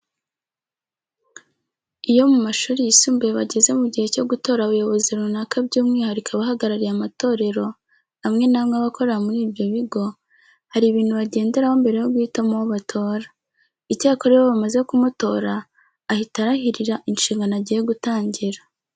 Iyo mu mashuri yisumbuye bageze mu gihe cyo gutora abayobozi runaka by'umwihariko abahagarariye amatorero amwe n'amwe aba akorera muri ibyo bigo, hari ibintu bagenderaho mbere yo guhitamo uwo batora. Icyakora iyo bamaze kumutora ahita arahirira inshingano agiye gutangira.